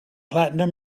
platinum